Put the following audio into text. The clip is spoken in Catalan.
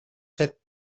set